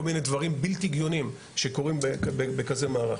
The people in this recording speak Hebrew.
מיני דברים בלתי הגיוניים שקורים בכזה מערך.